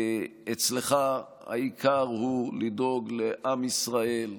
אצלך העיקר הוא לדאוג לעם ישראל,